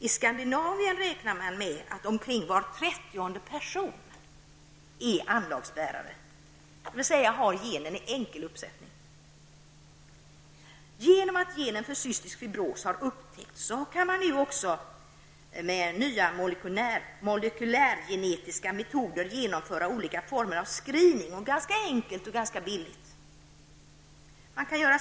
I Skandinavien räknar man med att omkring var trettionde person är anlagsbärare, dvs. har genen i enkel uppsättning. På grund av att genen för cystisk fibros har upptäckts kan man också med nya molekylärgenetiska metoder genomföra olika former av screening relativt enkelt och billigt.